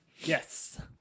Yes